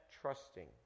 trusting